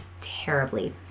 terribly